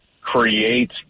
create